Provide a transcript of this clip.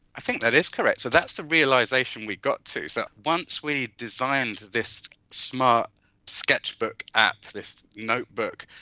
i think that is correct, so that's the realisation we got to. so once we designed this smart sketchbook app, this notebook,